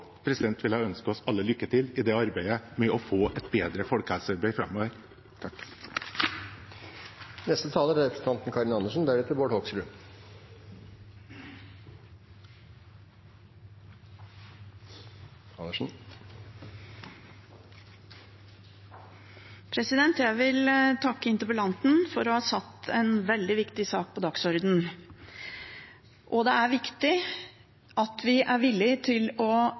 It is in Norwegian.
Jeg vil ønske oss alle lykke til i arbeidet med å få et bedre folkehelsearbeid framover. Jeg vil takke interpellanten for å ha satt en veldig viktig sak på dagsordenen. Det er viktig at vi er villige til å